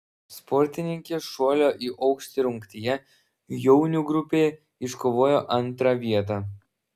sportininkė šuolio į aukštį rungtyje jaunių grupėje iškovojo antrą vietą